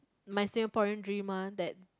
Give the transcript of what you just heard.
my Singaporean dream lah that